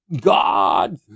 God